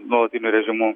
nuolatiniu režimu